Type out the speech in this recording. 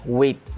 wait